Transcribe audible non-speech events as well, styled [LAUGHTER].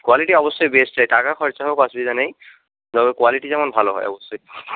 quality অবশ্যই best চাই টাকা খরচা হোক অসুবিধা নেই [UNINTELLIGIBLE] কোয়ালিটি যেন ভালো হয় অবশ্যই